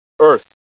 Earth